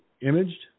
imaged